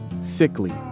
sickly